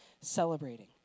celebrating